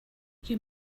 you